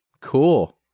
Cool